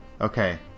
okay